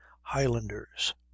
HIGHLANDERS